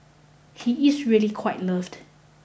he is really quite loved